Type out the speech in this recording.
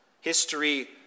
History